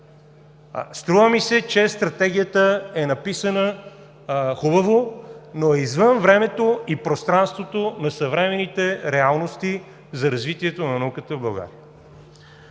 Струва ми се, че Стратегията е написана хубаво, но е извън времето и пространството на съвременните реалности за развитието на науката в България.